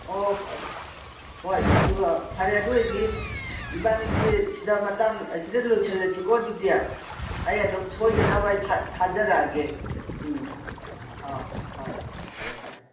ꯑꯣ ꯍꯣꯏ ꯑꯗꯨꯒ ꯐꯔꯦ ꯑꯗꯣꯏꯗꯤ ꯏꯕꯥꯟꯅꯤꯁꯦ ꯁꯤꯗ ꯃꯇꯥꯡ ꯁꯤꯗ ꯂꯣꯏꯁꯤꯜꯂꯁꯤꯀꯣ ꯑꯗꯨꯗꯤ ꯑꯩ ꯑꯗꯨꯝ ꯁꯣꯏꯗꯅꯕ ꯑꯩ ꯊꯥꯖꯔꯛꯑꯒꯦ ꯎꯝ ꯑꯧ ꯍꯣꯏ ꯍꯣꯏ ꯐꯔꯦ ꯐꯔꯦ